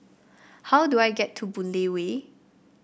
how do I get to Boon Lay Way